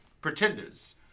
pretenders